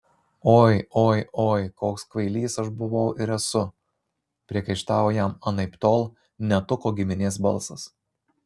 oi oi oi koks kvailys aš buvau ir esu priekaištavo jam anaiptol ne tuko giminės balsas